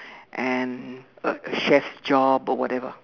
and a chef job or whatever